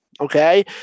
Okay